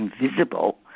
invisible